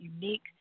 unique